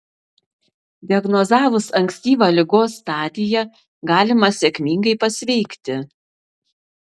diagnozavus ankstyvą ligos stadiją galima sėkmingai pasveikti